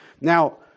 Now